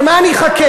למה אני אחכה,